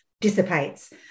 dissipates